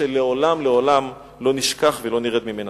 שלעולם לא נשכח ולא נרד ממנה.